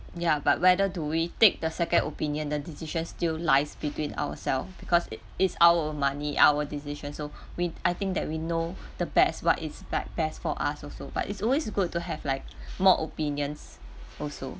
ya but whether do we take the second opinion the decision still lies between ourselves because it's our money our decision so we I think that we know the best what like best for us also but is always good to have like more opinions also